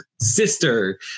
sister